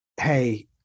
hey